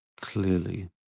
Clearly